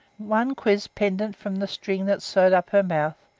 one quiz pendent from the string that sewed up her mouth,